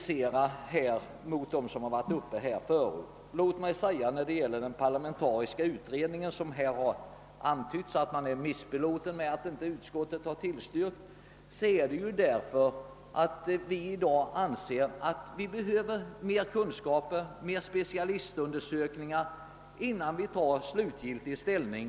Vad beträffar det som här antytts om att man är missbelåten med att inte utskottet har tillstyrkt en parlamentarisk utredning, vill jag framhålla, att utskottet inte velat tillstyrka detta krav av den anledningen att utskottet anser att vi behöver mer kunskaper och fler specialistundersökningar innan vi tar slutgiltig ställning.